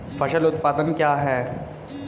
फसल उत्पादन क्या है?